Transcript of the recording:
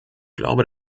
glaube